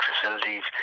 facilities